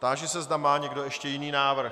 Táži se, zda má někdo ještě jiný návrh.